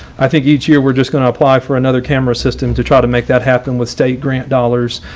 i think, each year, we're just going to apply for another camera system to try to make that happen with state grant dollars.